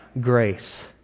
grace